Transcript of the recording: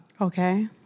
Okay